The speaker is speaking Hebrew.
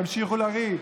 תמשיכו לריב,